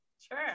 Sure